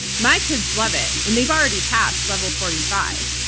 my kids love it, and they've already passed level forty five.